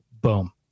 Boom